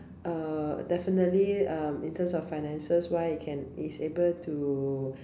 uh definitely um in terms of finances wise it can is able to